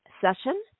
session